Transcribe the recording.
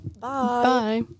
Bye